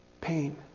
pain